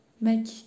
make